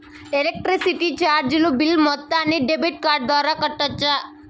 Electricity చార్జీలు bill మొత్తాన్ని debit card ద్వారా కట్టొచ్చా?